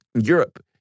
Europe